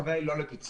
הכוונה לא לפיצוי,